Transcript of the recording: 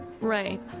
Right